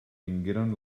vingueren